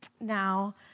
now